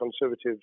Conservatives